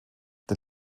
der